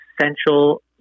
essential